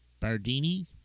Bardini